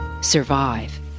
survive